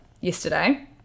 yesterday